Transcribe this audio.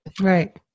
Right